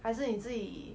还是你自己